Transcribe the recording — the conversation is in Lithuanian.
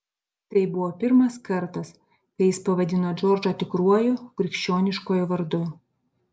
tai buvo pirmas kartas kai jis pavadino džordžą tikruoju krikščioniškuoju vardu